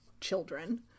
children